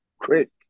Quick